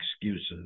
excuses